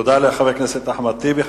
תודה לחבר הכנסת אחמד טיבי.